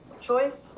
choice